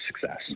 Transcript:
success